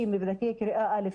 מבדקי קריאה לכיתות א',